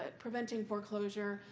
ah preventing foreclosure.